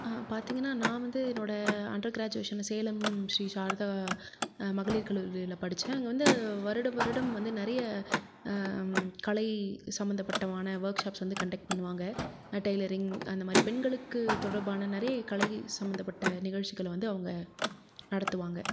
பார்த்தீங்கன்னா நான் வந்து என்னோட அண்டர் கிராஜுவேஷனில் சேலம் ஸ்ரீ சாரதா மகளிர் கல்லூரியில படிச்சேன் அங்கே வந்து வருடம் வருடம் வந்து நிறைய கலை சம்மந்தப்பட்டமான ஒர்க் ஷாப்ஸ் வந்து கண்டக்ட் பண்ணுவாங்க டைலரிங் அந்த மாரி பெண்களுக்கு தொடர்பான நிறைய கலை சம்மந்தப்பட்ட நிகழ்ச்சிகளை வந்து அவங்க நடத்துவாங்க